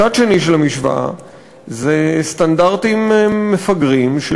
צד שני של המשוואה זה סטנדרטים מפגרים של